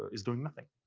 is doing nothing.